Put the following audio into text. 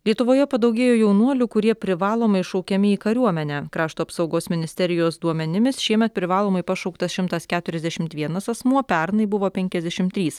lietuvoje padaugėjo jaunuolių kurie privalomai šaukiami į kariuomenę krašto apsaugos ministerijos duomenimis šiemet privalomai pašauktas šimtas keturiasdešimt vienas asmuo pernai buvo penkiasdešim trys